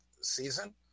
season